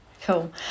Cool